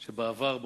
שבעבר,